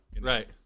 right